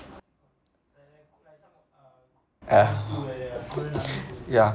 ah ya